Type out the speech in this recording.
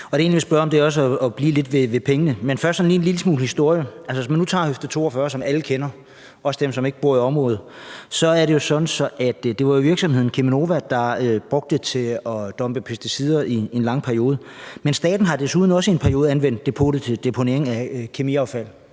i dag. Jeg vil gerne blive lidt ved pengene, men først en lille smule historie. Hvis man nu tager Høfde 42, som alle kender, også dem, der ikke bor i området, er det jo sådan, at det var virksomheden Cheminova, der i en lang periode brugte det til at dumpe pesticider, men staten har også i en periode anvendt depotet til deponering af kemikalieaffald.